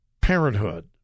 Parenthood